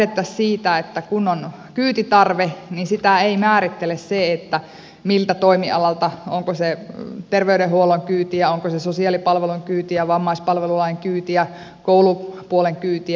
lähdettäisiin siitä että kun on kyytitarve niin sitä ei määrittele se miltä toimialalta se on onko se terveydenhuollon kyytiä onko se sosiaalipalvelun kyytiä vammaispalvelukyytiä koulupuolen kyytiä